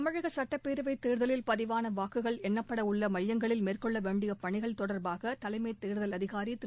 தமிழக சட்டப்பேரவை தேர்தலில் பதிவான வாக்குகள் எண்ணப்படவுள்ள மையங்களில் மேற்கொள்ள வேண்டிய பணிகள் தொடர்பாக தலைமை தேர்தல் அதிகாரி திரு